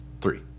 Three